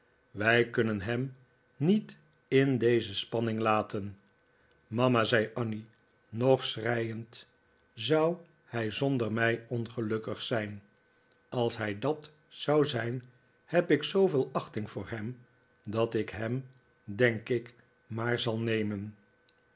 wij kunnen hem niet in deze spanning laten mama zei annie nog schreiend zou hij zonder mij ongelukkig zijn als hij dat zou zijn heb ik zooveel achting voor hem dat ik hem denk ik maar zal nemen